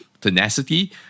tenacity